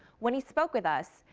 when he spoke with us,